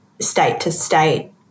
state-to-state